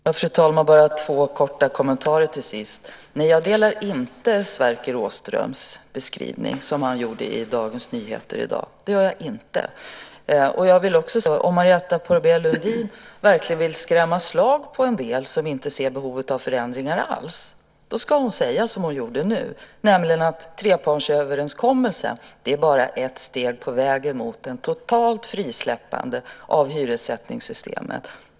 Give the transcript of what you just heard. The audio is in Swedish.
Fru talman! Jag har bara två korta kommentarer till sist. Jag delar inte Sverker Åströms beskrivning i Dagens Nyheter i dag. Det gör jag inte. Jag vill också säga att om Marietta de Pourbaix-Lundin verkligen vill skrämma slag på en del som inte ser behovet av förändringar alls ska hon säga som hon gjorde nyss, nämligen att trepartsöverenskommelsen bara är ett steg på vägen mot ett totalt frisläppande av hyressättningssystemet.